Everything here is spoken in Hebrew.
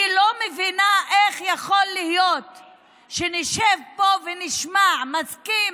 אני לא מבינה איך יכול להיות שנשב פה ונשמע: מסכים,